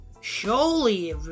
Surely